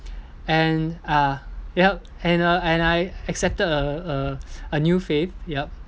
and uh yup and uh and I accepted a a a new faith yup